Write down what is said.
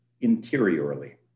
interiorly